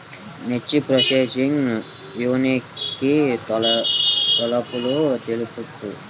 మిర్చి processing unit కి కొలతలు తెలుపగలరు?